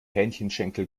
hähnchenschenkel